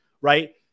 right